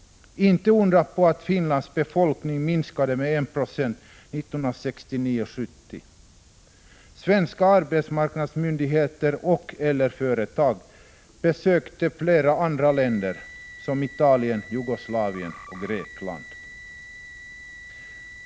Inte undra på att Finlands befolkning minskade med 1 96 mellan 1969 och 1970! Svenska arbetsmarknadsmyndigheter och/eller företag besökte också flera andra länder som Italien, Jugoslavien och Grekland.